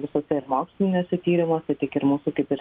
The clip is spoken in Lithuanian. visuose ir moksliniuose tyrimuose tiek ir mūsų kaip ir